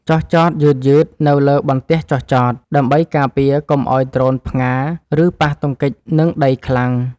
ចុះចតយឺតៗនៅលើបន្ទះចុះចត ដើម្បីការពារកុំឱ្យដ្រូនផ្ងារ ឬប៉ះទង្គិចនឹងដីខ្លាំង។